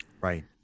Right